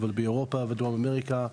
גם באירופה ובדרום אמריקה.